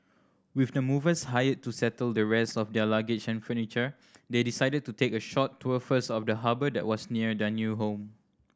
with the movers hired to settle the rest of their luggage and furniture they decided to take a short tour first of the harbour that was near their new home